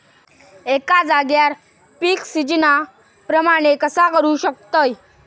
एका जाग्यार पीक सिजना प्रमाणे कसा करुक शकतय?